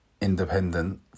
Independent